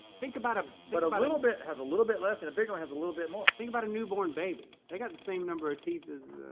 think about a but little bit has a little bit less and a bigger one has a little bit more. think about a newborn baby. they got the same number of teeth as,